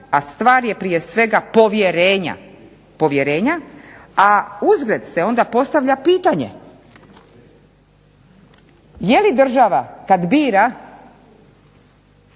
a stvar je prije svega povjerenja, a uzgred se onda postavlja pitanje je li država kad bira